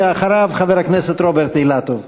ואחריו, חבר הכנסת רוברט אילטוב.